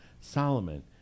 Solomon